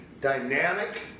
dynamic